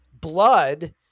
blood